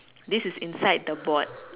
this is inside the board